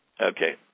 Okay